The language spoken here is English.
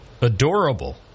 adorable